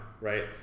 right